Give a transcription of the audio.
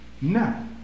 Now